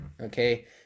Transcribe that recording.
okay